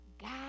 God